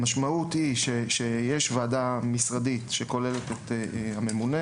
המשמעות היא שיש ועדה משרדית, שכוללת את הממונה